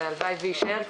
והלוואי שיישאר כך,